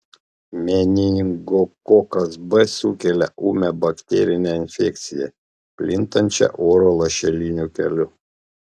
meningokokas b sukelia ūmią bakterinę infekciją plintančią oro lašeliniu keliu